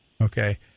Okay